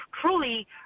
truly